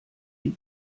die